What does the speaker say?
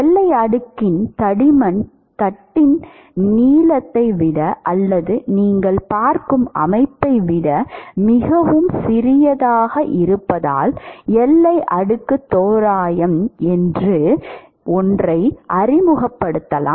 எல்லை அடுக்கின் தடிமன் தட்டின் நீளத்தை விட அல்லது நீங்கள் பார்க்கும் அமைப்பை விட மிகவும் சிறியதாக இருப்பதால் எல்லை அடுக்கு தோராயம் என்று ஒன்றை அறிமுகப்படுத்தலாம்